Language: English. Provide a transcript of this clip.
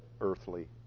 earthly